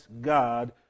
God